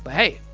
but hey!